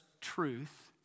truth